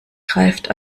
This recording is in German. greift